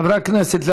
חברי הכנסת,